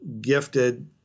gifted